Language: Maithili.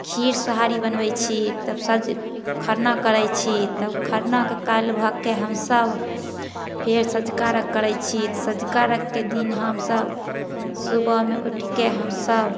खीर सोहारी बनबै छी तब सब खरना करै छी तब खरनाके काल्हि भऽके हमसब फेर सौंझुका अर्घ्य करै छी सौंझुका अर्घ्यके दिन हमसब सुबहमे उठिके हमसब